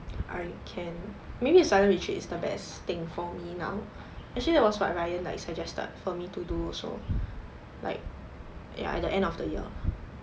I can maybe it's silent retreat is the best thing for me now actually that was what ryan like suggested for me to do also like at the end of the year